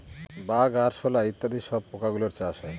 bug, আরশোলা ইত্যাদি সব পোকা গুলোর চাষ হয়